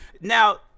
now